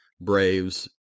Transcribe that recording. Braves